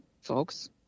folks